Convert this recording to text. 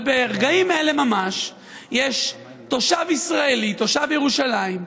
אבל ברגעים אלה ממש יש תושב ישראלי, תושב ירושלים,